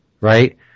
right